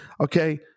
Okay